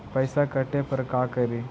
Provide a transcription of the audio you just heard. पैसा काटे पर का करि?